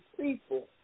people